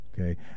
okay